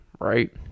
right